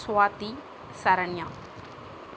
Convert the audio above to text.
Swathi Saranya